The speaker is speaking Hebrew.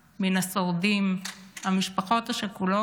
מן השורדים ומהמשפחות השכולות